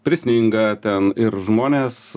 prisninga ten ir žmonės